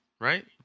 right